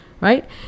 right